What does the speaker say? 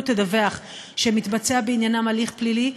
תדווח שמתבצע בעניינם הליך פלילי,